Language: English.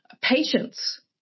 Patients